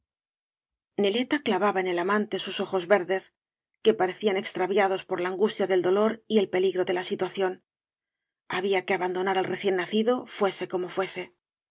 neleta clavaba en el amante sus ojos verdes que parecían extraviados por la angustia del dolor y el peligro de la situación había que abandonar al recién nacido fuese como fuese